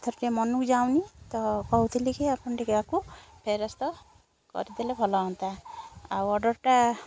ଏଥର ଟିକେ ମନକୁ ଯାଉନି ତ କହୁଥିଲି ଆପଣ ଟିକେ ୟାକୁ ଫେରସ୍ତ କରିଦେଲେ ଭଲ ହୁଅନ୍ତା ଆଉ ଅର୍ଡ଼ରଟା